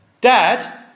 Dad